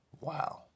Wow